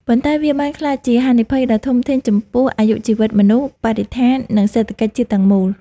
ប៉ុន្តែវាបានក្លាយជាហានិភ័យដ៏ធំធេងចំពោះអាយុជីវិតមនុស្ស បរិស្ថាន និងសេដ្ឋកិច្ចជាតិទាំងមូល។